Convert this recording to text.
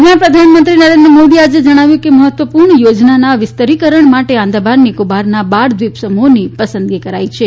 દરમિયાન પ્રધાનમંત્રી નરેન્દ્ર મોદીએ આજે જણાવ્યું કે મહત્વપુર્ણ યોજનાના વિસ્તરીકરણ માટે આંદામાન નીકોબારના બાર દ્વિપસમુહોની પસંદગી કરાઇ છે